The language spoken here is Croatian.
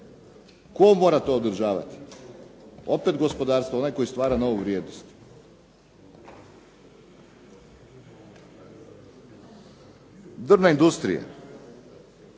tko mora to održavati. Opet gospodarstvo, onaj koji stvara novu vrijednost. Drvna industrija.